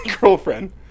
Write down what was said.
girlfriend